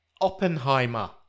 Oppenheimer